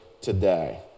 today